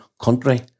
country